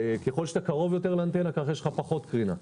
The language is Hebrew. ככל שאתה קרוב יותר לאנטנה, כך יש לך פחות קרינה.